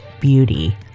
Beauty